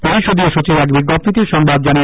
পরিষদীয় সচিব এক বিজ্ঞপ্তিতে এসংবাদ জানান